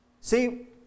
See